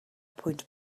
pwynt